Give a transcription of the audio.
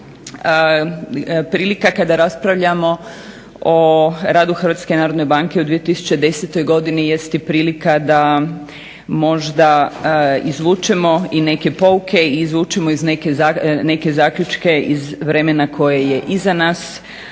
prilika kada raspravljamo o radu Hrvatske narodne banke u 2010. godini jest i prilika da možda izvučemo i neke pouke, izvučemo neke zaključke iz vremena koje je iza nas,